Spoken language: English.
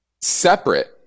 separate